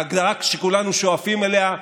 ההגדרה שכולנו שואפים אליה,